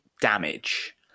damage